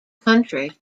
country